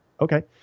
Okay